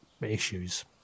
issues